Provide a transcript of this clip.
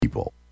people